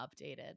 updated